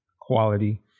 quality